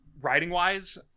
writing-wise